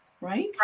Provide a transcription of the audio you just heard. Right